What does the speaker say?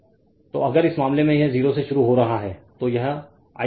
Refer Slide Time 1929 तो अगर इस मामले में यह 0 से शुरू हो रहा है तो यह I है